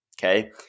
okay